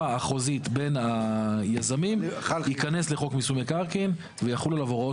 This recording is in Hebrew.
החוזית בין היזמים ייכנס לחוק מיסוי מקרקעין ויחולו עליו הוראות